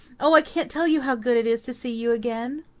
oh, i can't tell you how good it is to see you again!